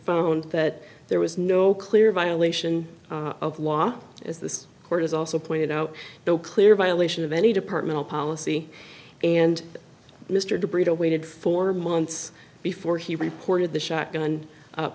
found that there was no clear violation of law as this court is also pointed out no clear violation of any departmental policy and mr de brito waited four months before he reported the shotgun